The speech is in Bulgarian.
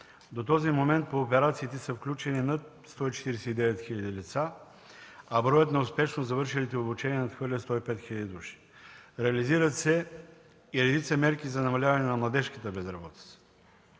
До този момент по операциите са включени над 149 хил. лица, а броят на успешно завършилите обучение надхвърля 105 хил. души. Реализират се и редица мерки за намаляване на младежката безработица.